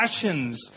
passions